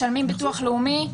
משלמים ביטוח לאומי.